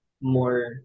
more